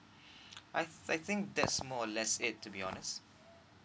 I I think that's more or less it to be honest